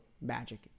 Magic